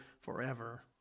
forever